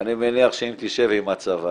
אני מניח שאם תשב עם הצבא,